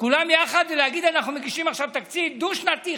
כולם יחד ולהגיד: אנחנו מגישים עכשיו תקציב דו-שנתי?